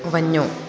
वञो